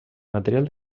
material